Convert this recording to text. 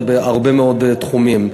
זה בהרבה מאוד תחומים.